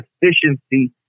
efficiency